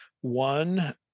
One